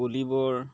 পুলিবৰ